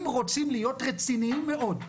אם רוצים להיות רציניים מאוד,